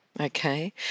Okay